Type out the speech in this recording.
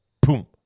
Boom